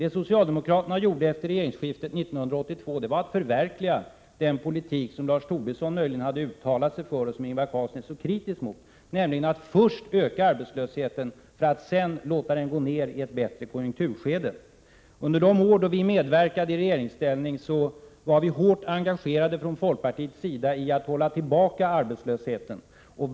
Vad socialdemokraterna gjorde efter regeringsskiftet 1982 var att förverkliga den politik som Lars Tobisson möjligen hade uttalat sig för och som Ingvar Carlsson är så kritisk mot, nämligen att först öka arbetslösheten för att sedan i ett bättre konjunkturskede låta den gå ner. Under de år då vi medverkade i regeringsställning var vi från folkpartiets sida hårt engagerade i att hålla tillbaka arbetslösheten.